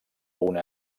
una